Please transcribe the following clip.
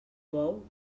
bou